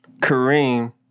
Kareem